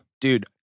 Dude